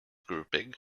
grouping